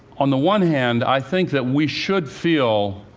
on the one hand, i think that we should feel